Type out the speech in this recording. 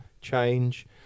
change